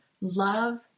Love